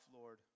Lord